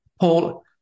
Paul